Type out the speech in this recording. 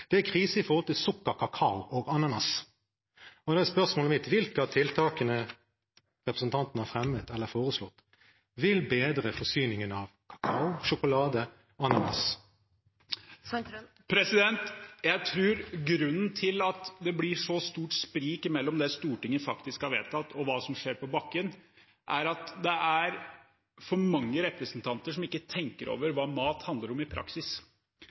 Det er krise med hensyn til sukker, kakao og ananas. Og da er spørsmålet mitt: Hvilke av tiltakene som representanten har fremmet, eller foreslått, vil bedre forsyningen av kakao, sjokolade og ananas? Jeg tror grunnen til at det blir så stort sprik mellom det Stortinget faktisk har vedtatt, og hva som skjer på bakken, er at det er for mange representanter som ikke tenker over hva mat handler om i praksis.